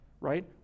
right